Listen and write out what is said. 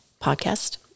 Podcast